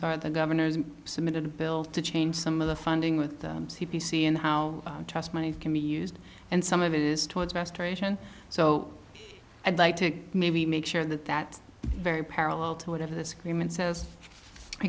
start the governor has submitted a bill to change some of the funding with the c p c and how trust money can be used and some of it is towards restoration so i'd like to maybe make sure that that very parallel to whatever the scream and says